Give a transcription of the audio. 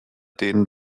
denen